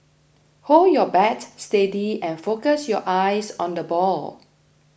hold your bat steady and focus your eyes on the ball